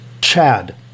Chad